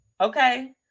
Okay